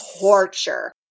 torture